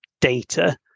data